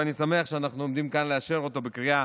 ואני שמח שאנחנו עומדים כאן לאשר אותו בקריאה